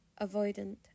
Avoidant